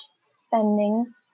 spending